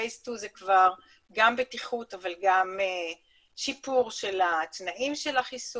שלב 2 הוא כבר גם בטיחות אבל גם שיפור של תנאי החיסון,